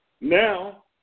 Now